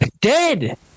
Dead